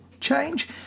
change